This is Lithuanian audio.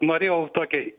norėjau tokį